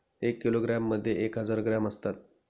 एका किलोग्रॅम मध्ये एक हजार ग्रॅम असतात